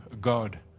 god